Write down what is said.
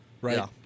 Right